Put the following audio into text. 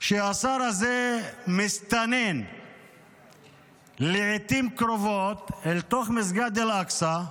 שהשר הזה מסתנן לעיתים קרובות אל תוך מסגד אל-אקצא,